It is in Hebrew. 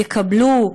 יקבלו,